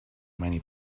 many